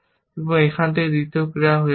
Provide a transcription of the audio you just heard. এবং এটি একটি দ্বিতীয় ক্রিয়া হয়ে ওঠে